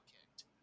kicked